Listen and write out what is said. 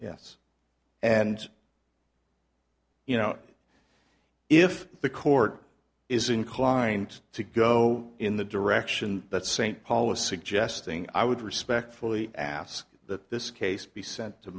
yes and you know if the court is inclined to go in the direction that saint paul is suggesting i would respectfully ask that this case be sent to